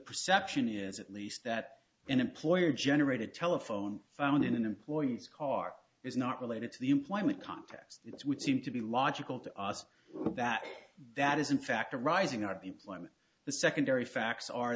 perception is at least that an employer generated telephone found in an employee's car is not related to the employment context it would seem to be logical to us that that is in fact arising our employment the secondary facts